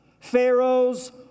Pharaoh's